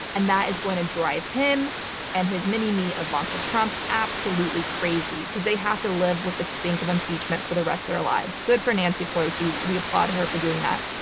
and that is going to drive him and his mini-me ivanka trump absolutely crazy because they have to live with the stink of impeachment for the rest of their lives. good for nancy pelosi. we applaud her for doing that.